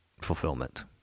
fulfillment